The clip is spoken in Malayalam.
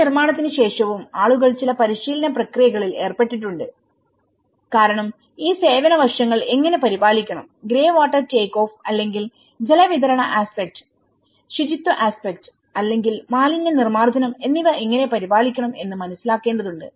ഈ നിർമ്മാണത്തിന് ശേഷവും ആളുകൾ ചില പരിശീലന പ്രക്രിയകളിൽ ഏർപ്പെട്ടിട്ടുണ്ട് കാരണം ഈ സേവന വശങ്ങൾ എങ്ങനെ പരിപാലിക്കണം ഗ്രേ വാട്ടർ ടേക്ക് ഓഫ് അല്ലെങ്കിൽ ജലവിതരണ ആസ്പെക്ട് ശുചിത്വ ആസ്പെക്ട് അല്ലെങ്കിൽ മാലിന്യ നിർമാർജനം എന്നിവ എങ്ങനെ പരിപാലിക്കണം എന്ന് മനസ്സിലാക്കേണ്ടതുണ്ട്